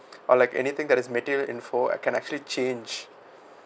or like anything that is material info can actually change